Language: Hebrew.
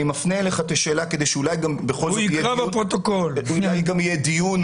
אני מפנה אליך את השאלה כי כאשר יהיה דיון,